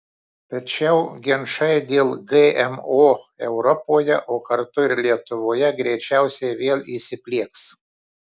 tačiau ginčai dėl gmo europoje o kartu ir lietuvoje greičiausiai vėl įsiplieks